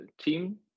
team